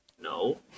No